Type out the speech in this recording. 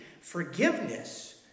forgiveness